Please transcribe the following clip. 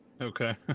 Okay